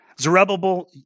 Zerubbabel